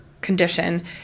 condition